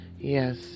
Yes